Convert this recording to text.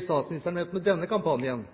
statsministeren møtt med en kampanje fra innbyggere i Kristiansund og på Nordmøre, der han blir konfrontert med